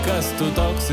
kas tu toks